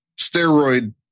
Steroid